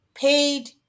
Paid